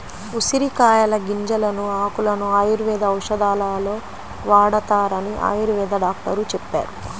ఉసిరికాయల గింజలను, ఆకులను ఆయుర్వేద ఔషధాలలో వాడతారని ఆయుర్వేద డాక్టరు చెప్పారు